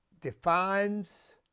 defines